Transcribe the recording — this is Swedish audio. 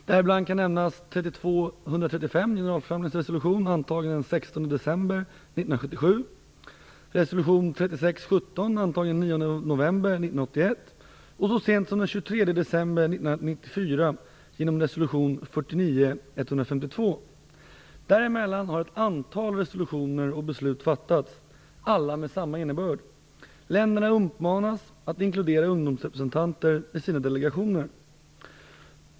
Däribland kan nämnas generalförsamlingens resolution 32:135 antagen den 16 december 1977, resolution 36:17 antagen den 1994 resolution 49:152. Däremellan har ett antal resolutioner och beslut fattats. Alla med samma innebörd. Länderna uppmanas att inkludera ungdomsrepresentanter i sina delegationer.